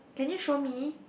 can you show me